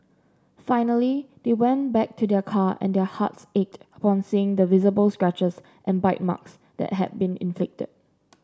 finally they went back to their car and their hearts ached upon seeing the visible scratches and bite marks that had been inflicted